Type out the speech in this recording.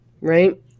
right